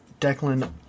Declan